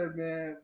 man